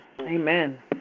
Amen